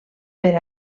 per